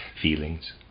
feelings